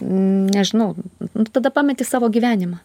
nežinau nu tada pametė savo gyvenimą